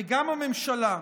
וגם הממשלה,